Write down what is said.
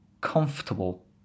comfortable